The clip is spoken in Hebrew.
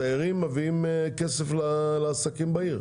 התיירים מביאים כסף לעסקים בעיר,